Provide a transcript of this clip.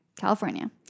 california